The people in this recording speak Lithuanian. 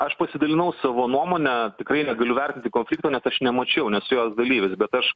aš pasidalinau savo nuomone tikrai negaliu vertinti konflikto net aš nemačiau nes jos dalyvis bet aš